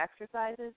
exercises